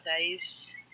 guys